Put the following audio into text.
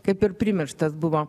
kaip ir primirštas buvo